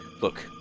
Look